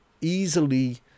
easily